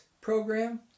program